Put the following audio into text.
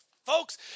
Folks